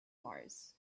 mars